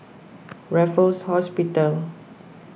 Raffles Hospital